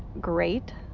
great